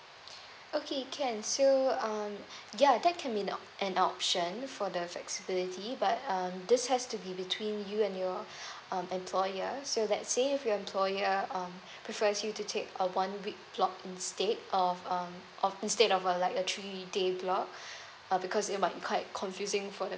okay can so um ya that can be an op~ an option for the flexibility but um this has to be between you and your um employer so let's say if your employer um prefers you to take a one week block instead of um of instead of a like a three day block uh because it might quite confusing for the